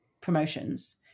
promotions